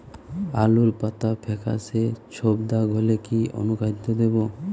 আলুর পাতা ফেকাসে ছোপদাগ হলে কি অনুখাদ্য দেবো?